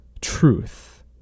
Truth